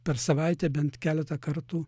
per savaitę bent keletą kartų